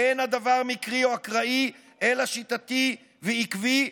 אין הדבר מקרי או אקראי אלא שיטתי ועקבי,